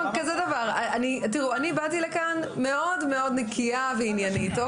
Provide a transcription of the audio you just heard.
אני באתי לכאן מאוד מאוד נקייה ועניינית.